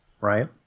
right